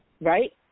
Right